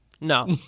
No